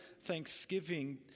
thanksgiving